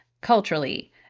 culturally